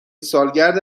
سالگرد